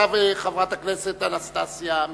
עכשיו חברת הכנסת אנסטסיה מיכאלי.